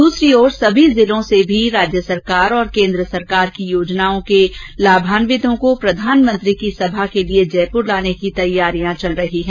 दूसरी ओर सभी जिलों से राज्य सरकार और केन्द्र सरकार की योजनाओं के लाभान्वितों को प्रधानमंत्री की सभा के लिए जयपुर लाने की तैयारियां चल रही हैं